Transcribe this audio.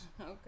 Okay